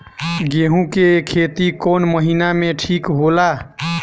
गेहूं के खेती कौन महीना में ठीक होला?